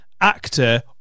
actor